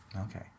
okay